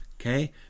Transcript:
okay